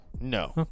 No